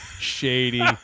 Shady